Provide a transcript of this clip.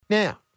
Now